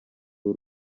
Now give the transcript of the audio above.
w’u